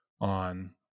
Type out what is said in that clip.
on